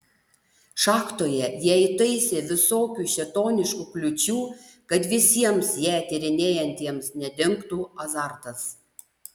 šachtoje jie įtaisė visokių šėtoniškų kliūčių kad visiems ją tyrinėjantiems nedingtų azartas